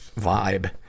vibe